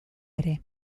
ere